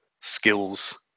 skills